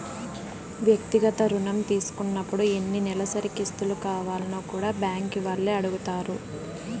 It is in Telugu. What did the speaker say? వ్యక్తిగత రుణం తీసుకున్నపుడు ఎన్ని నెలసరి కిస్తులు కావాల్నో కూడా బ్యాంకీ వాల్లే అడగతారు